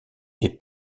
est